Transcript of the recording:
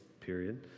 period